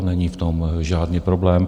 Není v tom žádný problém.